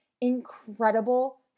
incredible